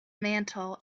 mantel